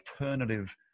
alternative